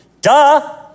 Duh